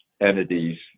entities